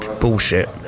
bullshit